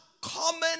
common